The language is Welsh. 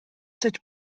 sut